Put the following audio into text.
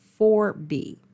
4B